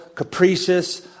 capricious